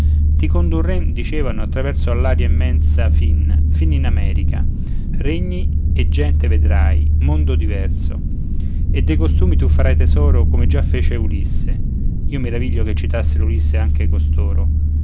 ti condurrem dicevano attraverso all'aria immensa fin fin in america regni e gente vedrai mondo diverso e de costumi tu farai tesoro come già fece ulisse